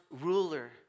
ruler